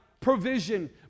Provision